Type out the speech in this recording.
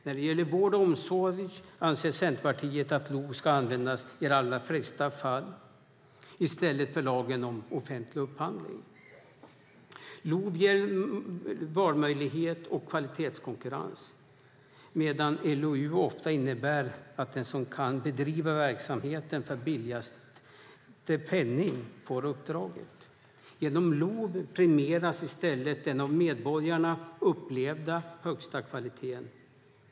När det gäller vård och omsorg anser Centerpartiet att LOV ska användas i de allra flesta fall i stället för lagen om offentlig upphandling. LOV ger valmöjligheter och kvalitetskonkurrens medan LOU ofta innebär att den som kan bedriva verksamheten för billigaste penning får uppdraget. Genom LOV premieras i stället den av medborgarna upplevda högsta kvaliteten.